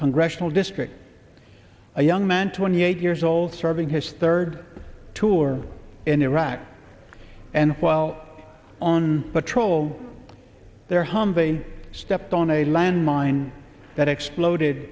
congressional district a young man twenty eight years old serving his third tour in iraq and while on patrol their humvee stepped on a landmine that exploded